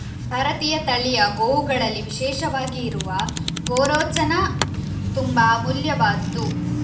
ಭಾರತೀಯ ತಳಿಯ ಗೋವುಗಳಲ್ಲಿ ವಿಶೇಷವಾಗಿ ಇರುವ ಗೋರೋಚನ ತುಂಬಾ ಅಮೂಲ್ಯವಾದ್ದು